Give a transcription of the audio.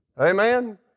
Amen